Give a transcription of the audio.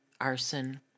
arson